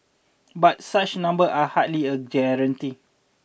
but such number are hardly a guarantee